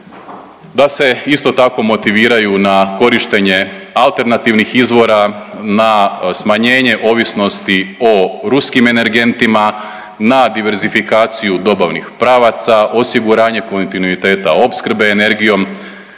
da se isto tako motiviraju na korištenje alternativnih izvora, na smanjenje ovisnosti o ruskim energentima, na diversifikaciju dobavnih pravaca, osiguranje kontinuiteta opskrbe energijom